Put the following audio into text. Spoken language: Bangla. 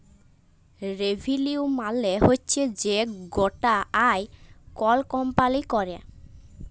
রেভিলিউ মালে হচ্যে যে গটা আয় কল কম্পালি ক্যরে